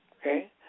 Okay